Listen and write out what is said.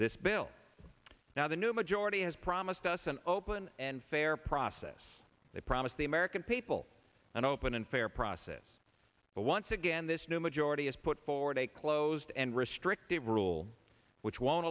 this bill now the new majority has promised us an open and fair process they promised the american people an open and fair process but once again this new majority has put forward a closed and restrictive rule which won't